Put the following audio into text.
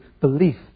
belief